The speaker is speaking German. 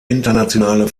internationale